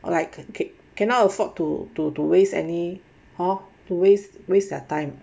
or like cake cannot afford to to to waste any or waste waste their time